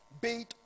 bait